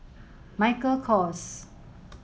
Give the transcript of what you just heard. Michael Kors